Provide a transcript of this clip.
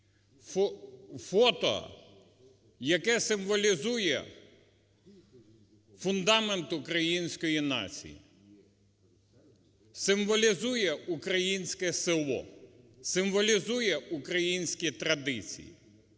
фото, яке символізує фундамент української нації, символізує українське село, символізує українські традиції.